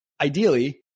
ideally